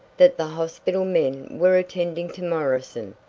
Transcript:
that the hospital men were attending to morrison,